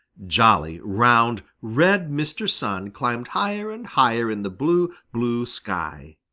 jolly, round, red mr. sun climbed higher and higher in the blue, blue sky.